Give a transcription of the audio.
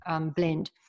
blend